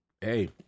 Hey